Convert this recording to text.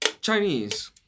Chinese